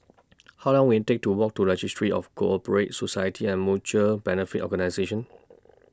How Long Will IT Take to Walk to Registry of Co Operative Societies and Mutual Benefit Organisations